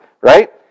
right